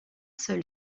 seul